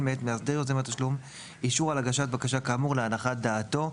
מאת מאסדר יוזם התשלום אישור על הגשת בקשה כאמור להנחת דעתו".